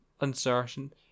Uncertain